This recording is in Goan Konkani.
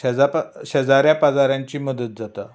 शेजार पा शेजाऱ्यां पाजाऱ्यांची मदत जाता